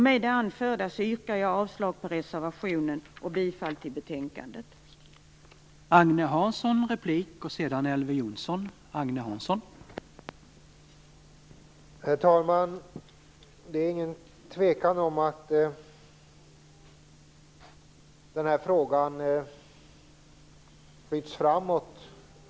Med det anförda yrkar jag avslag på reservationen och bifall till utskottets hemställan i betänkandet.